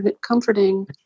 comforting